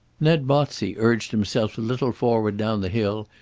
ned botsey urged himself a little forward down the hill,